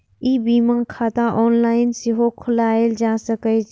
ई बीमा खाता ऑनलाइन सेहो खोलाएल जा सकैए